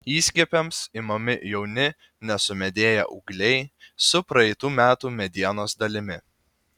įskiepiams imami jauni nesumedėję ūgliai su praeitų metų medienos dalimi